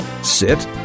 Sit